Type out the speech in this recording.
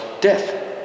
death